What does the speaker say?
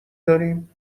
داریم